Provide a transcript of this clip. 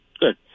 Good